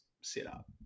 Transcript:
setup